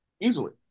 easily